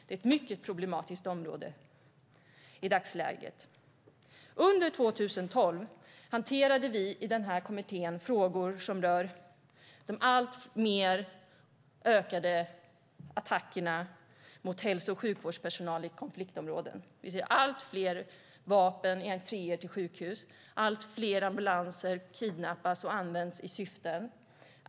Det är ett mycket problematiskt område i dagsläget. Under 2012 hanterade vi i kommittén frågor som rör de ökade attackerna mot hälso och sjukvårdspersonal i konfliktområden. Allt fler vapen finns i entréer till sjukhus. Allt fler ambulanser med personal kidnappas och används för oklara syften.